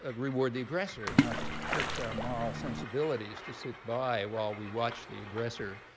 ah reward the aggressor. you know it just hurts our moral sensibilities to sit by while we watch the aggressor